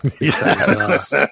Yes